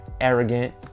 arrogant